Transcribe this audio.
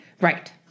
Right